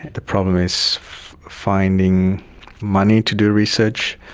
the problem is finding money to do research.